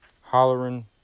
Hollering